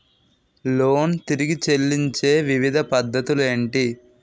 Loan తిరిగి చెల్లించే వివిధ పద్ధతులు ఏంటి?